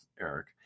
Eric